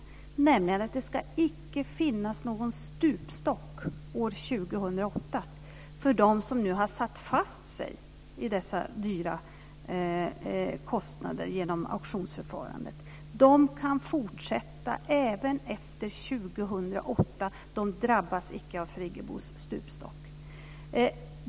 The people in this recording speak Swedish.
Jag vill dock säga att det icke ska finnas någon stupstock år 2008 för dem som nu har satt fast sig i dessa dyra kostnader genom auktionsförfarandet. De kan fortsätta även efter 2008. De drabbas icke av Friggebos stupstock.